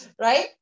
right